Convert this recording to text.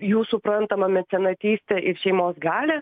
jų suprantama mecenatystė ir šeimos galią